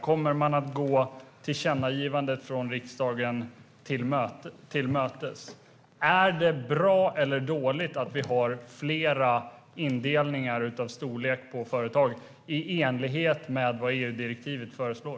Kommer regeringen att gå riksdagens tillkännagivande till mötes? Är det bra eller dåligt att vi har flera indelningar för storleken på företag i enlighet med vad EU-direktivet föreslår?